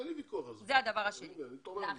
אין לי ויכוח על זה, אני תומך בזה.